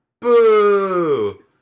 Boo